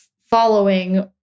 following